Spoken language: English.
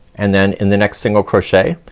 and then in the next single crochet,